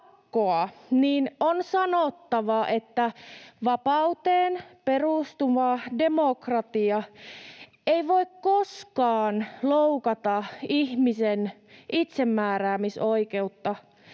on sanottava, että vapauteen perustuva demokratia ei voi koskaan loukata ihmisen itsemääräämisoikeutta